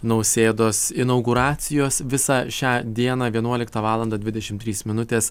nausėdos inauguracijos visą šią dieną vienuoliktą valandą dvidešim trys minutės